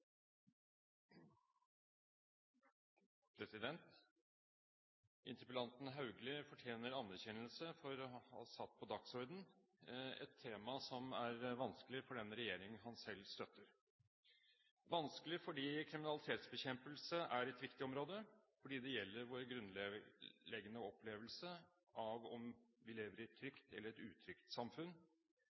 Interpellanten Haugli fortjener anerkjennelse for å ha satt på dagsordenen et tema som er vanskelig for den regjeringen han selv støtter, vanskelig fordi kriminalitetsbekjempelse er et viktig område, siden det gjelder vår grunnleggende opplevelse av om vi lever i et trygt eller i et utrygt samfunn,